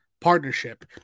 partnership